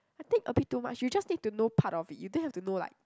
I think a bit too much you just need to know part of it you don't have to know like